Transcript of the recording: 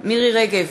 מירי רגב,